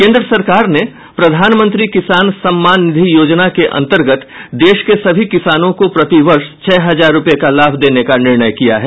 केंद्र सरकार ने प्रधानमंत्री किसान सम्मान निधि योजना के अंतर्गत देश के सभी किसानों को प्रतिवर्ष छह हजार रूपये का लाभ देने का निर्णय किया है